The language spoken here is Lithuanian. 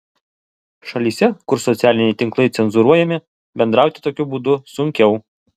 šalyse kur socialiniai tinklai cenzūruojami bendrauti tokiu būdu sunkiau